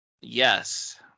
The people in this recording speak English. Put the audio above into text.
Yes